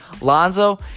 Lonzo